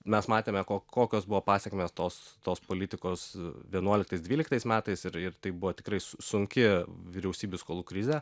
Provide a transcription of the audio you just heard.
mes matėme ko kokios buvo pasekmės tos tos politikos vienuoliktais dvyliktais metais ir ir tai buvo tikrai su sunki vyriausybių skolų krizė